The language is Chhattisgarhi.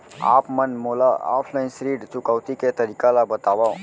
आप मन मोला ऑफलाइन ऋण चुकौती के तरीका ल बतावव?